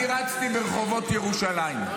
להוריד אותו --- אני רצתי ברחובות ירושלים,